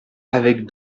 avec